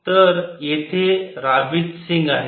तर येथे राबिथ सिंग आहेत